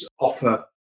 offer